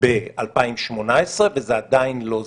ב-2018 וזה עדיין לא זז.